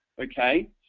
okay